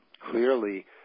Clearly